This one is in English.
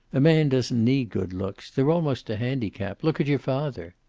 a man doesn't need good looks. they're almost a handicap. look at your father.